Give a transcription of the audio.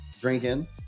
drinking